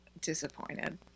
disappointed